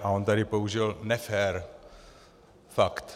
A on tady použil nefér fakt.